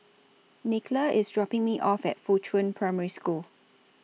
Nicola IS dropping Me off At Fuchun Primary School